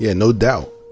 yeah no doubt.